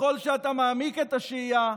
וככל שאתה מעמיק את השהייה,